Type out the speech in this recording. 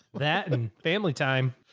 but that and family time.